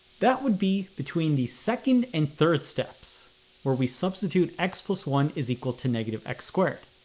that would be between the second and third steps where we substitute x plus one is equal to negative x squared